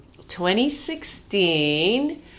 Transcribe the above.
2016